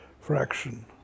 fraction